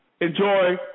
Enjoy